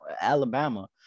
Alabama